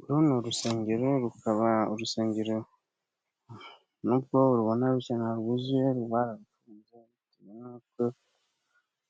Uru ni urusengero rukaba urusengero. Nubwo urubona gutya ntabwo rwuzuye ntibararufungura bitewe n'uko